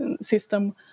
system